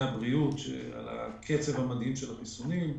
הבריאות על הקצב המדהים של החיסונים.